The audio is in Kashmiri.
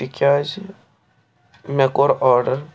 تِکیٛازِ مےٚ کوٚر آرڈر